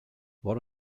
what